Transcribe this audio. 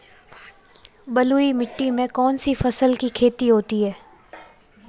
बलुई मिट्टी में कौनसी फसल की खेती होती है?